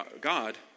God